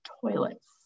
toilets